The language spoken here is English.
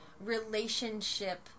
relationship